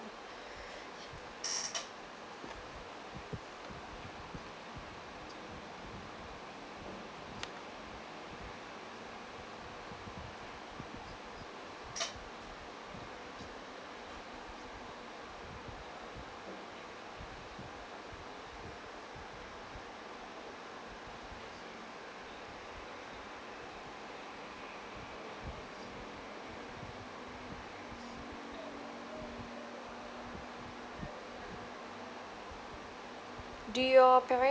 do your parent